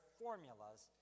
formulas